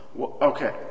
Okay